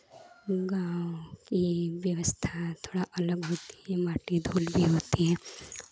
गाँव की व्यवस्था थोड़ा अलग होती है माटी धूल भी होती है